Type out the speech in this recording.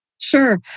Sure